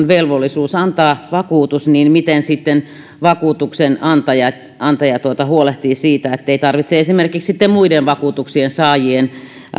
velvollisuus antaa vakuutus niin miten sitten vakuutuksenantaja huolehtii siitä ettei tarvitse esimerkiksi muiden vakuutuksensaajien